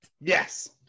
Yes